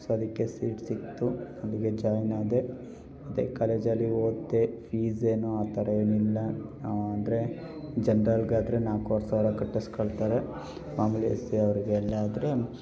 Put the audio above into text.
so ಅದಕ್ಕೇ seat ಸಿಗ್ತು ಅಲ್ಲಿಗೆ ಜಾಯ್ನಾದೆ ಅದೇ ಕಾಲೇಜಲ್ಲಿ ಓದಿದೆ ಫೀಸ್ ಏನೂ ಆ ಥರ ಏನೂ ಇಲ್ಲ ಅಂದರೆ ಜನ್ರಲ್ಗಾದರೆ ನಾಲ್ಕುವರೆ ಸಾವಿರ ಕಟ್ಟಿಸ್ಕಳ್ತಾರೆ ಆಮೇಲೆ ಎಸ್ ಸಿಯವ್ರಿಗೆಲ್ಲಾದ್ರೆ